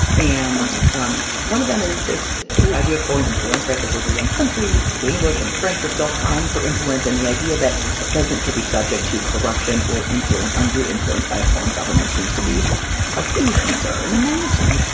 and um one of them is this idea of foreign influence. right. this is a young country. the english and the french are still vying for influence. and the idea that a president could be subject to corruption or influence, undue influence by a foreign government seems to be a huge concern. imagine